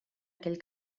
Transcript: aquell